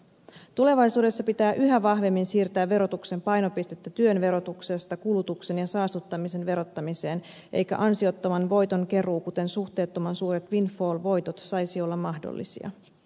tulevaisuudessa pitää yhä vahvemmin siirtää verotuksen painopistettä työn verotuksesta kulutuksen ja saastuttamisen verottamiseen eikä ansiottoman voiton keruu kuten suhteettoman suuret windfall voitot saisi olla mahdollisia